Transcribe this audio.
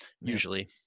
usually